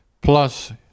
plus